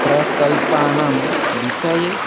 प्रकल्पानां विषये